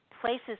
places